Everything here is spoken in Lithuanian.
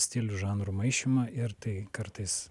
stilių žanrų maišymą ir tai kartais